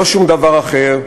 לא שום דבר אחר,